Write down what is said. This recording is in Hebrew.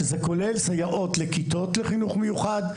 שזה כולל סייעות לכיתות חינוך מיוחד,